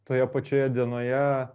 toje pačioje dienoje